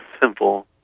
simple